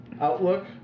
Outlook